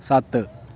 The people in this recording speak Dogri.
सत्त